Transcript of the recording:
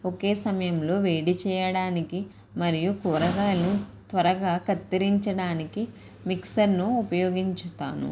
ఒకే సమయంలో వేడి చేయడానికి మరియు కూరగాయలు త్వరగా కత్తిరించడానికి మిక్సర్ను ఉపయోగిస్తాను